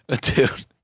Dude